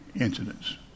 incidents